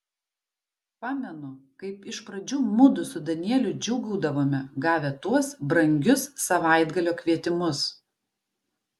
pamenu kaip iš pradžių mudu su danieliu džiūgaudavome gavę tuos brangius savaitgalio kvietimus